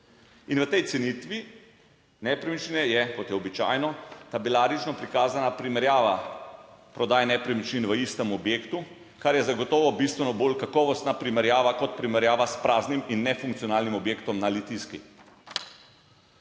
In o tej cenitvi nepremičnine je, kot je običajno, tabelarično prikazana primerjava prodaje nepremičnin v istem objektu, kar je zagotovo bistveno bolj kakovostna primerjava kot primerjava s praznim in nefunkcionalnim objektom na Litijski.